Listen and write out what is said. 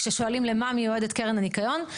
כששואלים למה מיועדת קרן הניקיון,